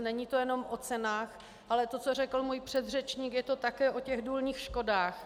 Není to jenom o cenách, ale to, co řekl můj předřečník, je to také o důlních škodách.